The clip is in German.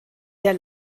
der